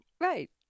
Right